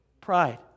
Pride